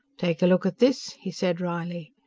take a look at this! he said wryly.